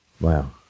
Wow